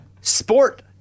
Sport